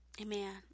Amen